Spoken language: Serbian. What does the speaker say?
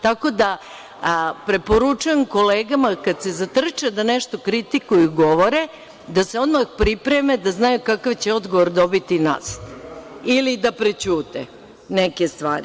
Tako da preporučujem kolegama kada se zatrče da nešto kritikuju i govore, da se odmah pripreme da znaju kakav će odgovor dobiti nazad, ili da prećute neke stvari.